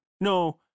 no